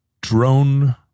drone